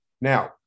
Now